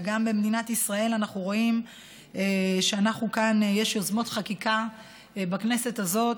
וגם במדינת ישראל אנחנו רואים שיש יוזמות חקיקה בכנסת הזאת: